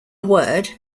word